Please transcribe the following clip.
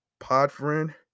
Podfriend